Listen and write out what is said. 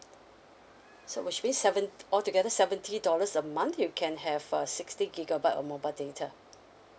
so which means seven altogether seventy dollars a month you can have uh sixty gigabyte of mobile data